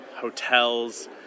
hotels